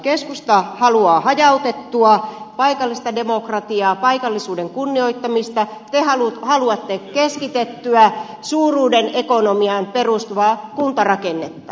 keskusta haluaa hajautettua paikallista demokratiaa paikallisuuden kunnioittamista te haluatte keskitettyä suuruuden ekonomiaan perustuvaa kuntarakennetta